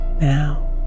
now